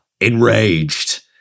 Enraged